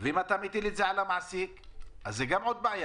ואם אתה מטיל את זה על המעסיק זה גם בעיה.